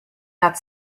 that